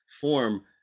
form